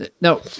No